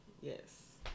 yes